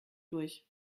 durch